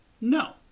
No